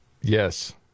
Yes